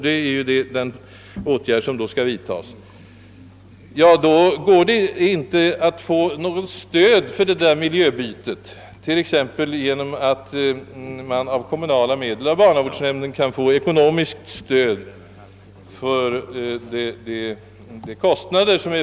Man får alitså inte någon hjälp till detta miljöbyte, som ju är en i högsta grad önskvärd profylaktisk åtgärd.